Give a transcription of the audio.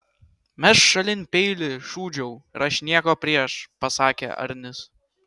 mesk šalin peilį šūdžiau ir aš nieko prieš pasakė arnis